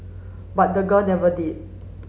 but the girl never did